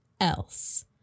else